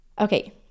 Okay